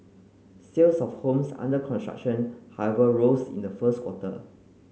sales of homes under construction however rose in the first quarter